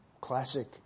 classic